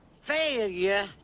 failure